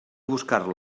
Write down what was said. buscar